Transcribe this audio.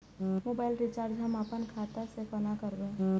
Mobile recharge हम आपन खाता से कोना करबै?